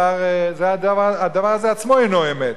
והדבר הזה עצמו אינו אמת,